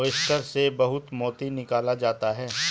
oyster से बहुत मोती निकाला जाता है